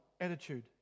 attitude